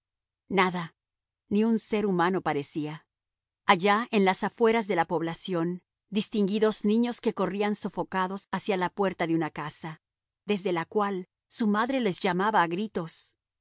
nada ni un ser humano parecía allá en las afueras de la población distinguí dos niños que corrían sofocados hacia la puerta de una casa desde la cual su madre les llamaba a gritos